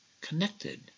connected